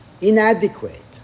Inadequate